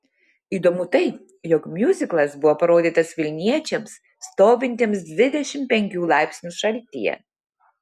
įdomu tai jog miuziklas buvo parodytas vilniečiams stovintiems dvidešimt penkių laipsnių šaltyje